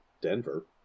Denver